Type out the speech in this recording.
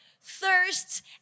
thirsts